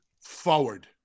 forward